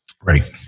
Right